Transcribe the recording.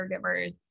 caregivers